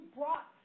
brought